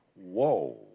Whoa